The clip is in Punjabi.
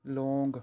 ਲੌਂਗ